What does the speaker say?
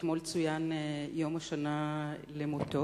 שאתמול צוין יום השנה למותו.